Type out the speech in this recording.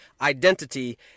identity